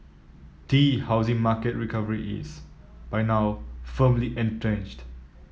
tea housing market recovery is by now firmly entrenched